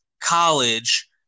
college